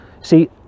See